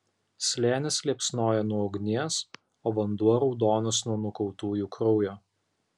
slėnis liepsnoja nuo ugnies o vanduo raudonas nuo nukautųjų kraujo